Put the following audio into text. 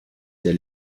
der